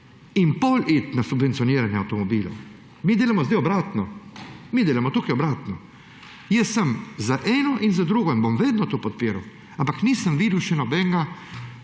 in potem iti na subvencioniranje avtomobilov. Mi delamo zdaj obratno, mi delamo tukaj obratno. Jaz sem za eno in za drugo in bom vedno to podpiral, ampak nisem videl še nobenega